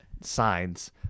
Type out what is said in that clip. signs